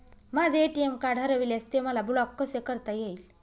माझे ATM card हरविल्यास ते मला ब्लॉक कसे करता येईल?